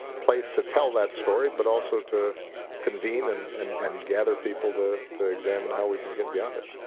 place to tell that story, but also to convene and and and gather people to to examine how we can get beyond it.